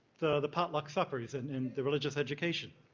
the the potluck suppers and and the religious education.